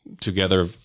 together